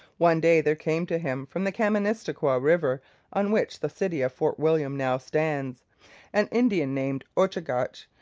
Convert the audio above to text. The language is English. one day there came to him from the kaministikwia river on which the city of fort william now stands an indian named ochagach.